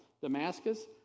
Damascus